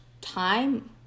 time